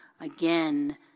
again